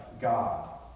God